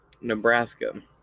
Nebraska